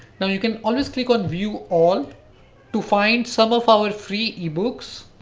now you can always click on view all to find some of our free ebooks.